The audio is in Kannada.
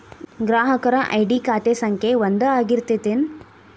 ಗ್ರಾಹಕರ ಐ.ಡಿ ಖಾತೆ ಸಂಖ್ಯೆ ಒಂದ ಆಗಿರ್ತತಿ ಏನ